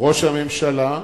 ראש הממשלה,